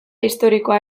historikoa